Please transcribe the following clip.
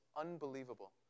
unbelievable